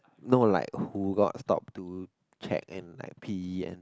no like who got stalk to check and like Pee and